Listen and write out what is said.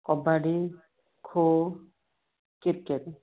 kabaddi kho cricket